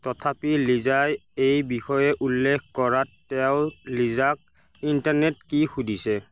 তথাপি লিজাই এই বিষয়ে উল্লেখ কৰাত তেওঁ লিজাক ইণ্টাৰনেট কি সুধিছে